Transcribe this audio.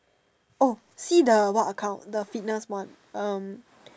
oh see the what account the fitness one um